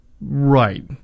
Right